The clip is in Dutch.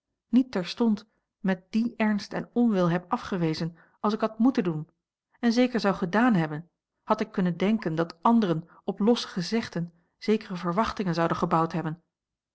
niet terstond met dien ernst en onwil heb afgewezen als ik had moeten doen en zeker zou gedaan hebben had ik kunnen denken dat anderen op losse gezegden zekere verwachtingen zouden gebouwd hebben